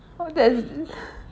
oh that's